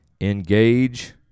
engage